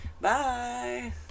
Bye